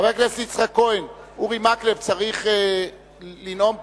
חבר הכנסת יצחק כהן, אורי מקלב צריך לנאום פה.